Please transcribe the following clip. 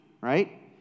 right